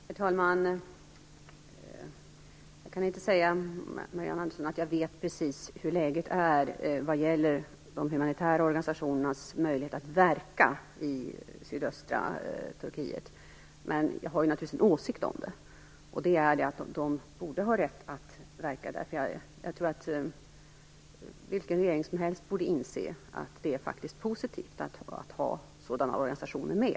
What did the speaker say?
Herr talman! Jag kan inte säga att jag vet precis hur läget är vad gäller de humanitära organisationernas möjlighet att verka i sydöstra Turkiet, Marianne Andersson. Men jag har naturligtvis en åsikt om detta, och det är att de borde ha rätt att verka där. Jag tror nämligen att vilken regering som helst borde inse att det faktiskt är positivt att ha sådana organisationer med.